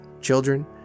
Children